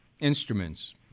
instruments